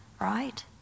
right